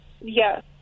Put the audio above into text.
Yes